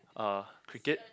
uh cricket